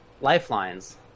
lifelines